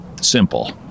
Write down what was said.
Simple